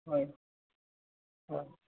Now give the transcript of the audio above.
হয় হয়